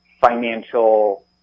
financial